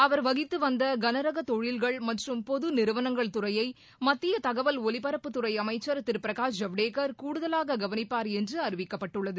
அவர் வகித்து வந்த கனரக தொழில்கள் மற்றும் பொது நிறுவனங்கள் துறையை மத்திய தகவல் ஒலிபரப்புத்துறை அமைச்சர் திரு பிரகாஷ் ஜவடேக்கர் கூடுதலாக கவனிப்பார் என்று அறிவிக்கப்பட்டுள்ளது